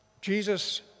Jesus